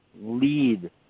lead